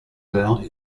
heures